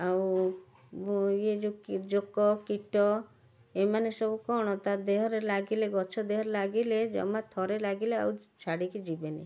ଆଉ ଜୋକ କିଟ ଏମାନେ ସବୁ କ'ଣ ତାର ଦେହରେ ଲାଗିଲେ ଗଛ ଦେହରେ ଲାଗିଲେ ଜମା ଥରେ ଲାଗିଲେ ଆଉ ଛାଡ଼ିକି ଯିବେନି